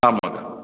आं महोदय